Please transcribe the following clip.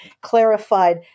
clarified